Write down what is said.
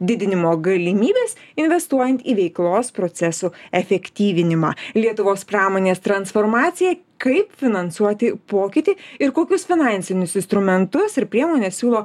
didinimo galimybes investuojant į veiklos procesų efektyvinimą lietuvos pramonės transformacija kaip finansuoti pokytį ir kokius finansinius insrumentus ir priemones siūlo